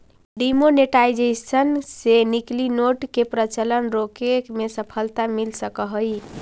demonetisation से नकली note के प्रचलन रोके में सफलता मिल सकऽ हई